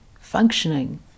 functioning